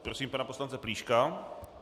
Prosím pana poslance Plíška.